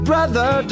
Brother